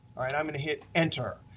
i'm going to hit enter.